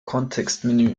kontextmenü